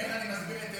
איך אני מסביר את אלוהים,